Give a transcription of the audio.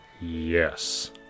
Yes